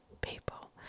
people